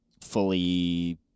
fully